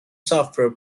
software